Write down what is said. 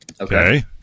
Okay